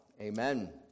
Amen